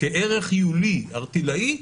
כערך היולי ערטילאי,